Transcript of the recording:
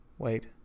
Wait